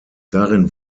darin